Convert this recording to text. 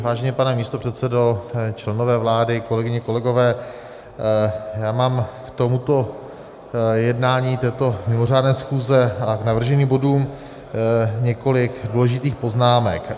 Vážený pane místopředsedo, členové vlády, kolegyně, kolegové, já mám k tomuto jednání této mimořádné schůze a k navrženým bodům několik důležitých poznámek.